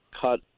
cut